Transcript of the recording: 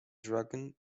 dragon